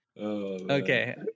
Okay